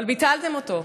אבל ביטלתם אותו.